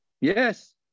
Yes